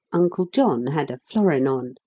uncle john had a florin on,